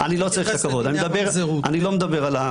אני מבקש שתתייחס לדיני הממזרות.